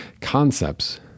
concepts